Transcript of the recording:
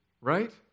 right